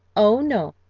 oh, no,